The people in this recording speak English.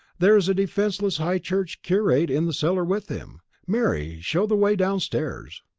there's a defenceless high-church curate in the cellar with him. mary, show the way downstairs.